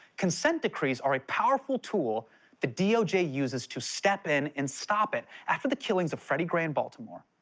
consent decrees are a powerful tool the doj uses to step in and stop it. after the killings of freddie gray in baltimore,